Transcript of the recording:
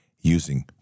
using